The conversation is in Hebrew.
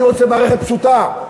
אני רוצה מערכת פשוטה.